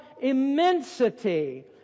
immensity